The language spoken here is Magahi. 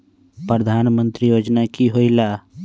प्रधान मंत्री योजना कि होईला?